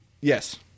yes